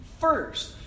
first